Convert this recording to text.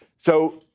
so,